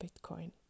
Bitcoin